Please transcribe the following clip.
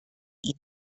ihn